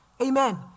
Amen